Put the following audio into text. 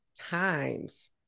times